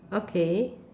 okay